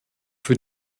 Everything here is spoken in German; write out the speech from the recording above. für